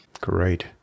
Great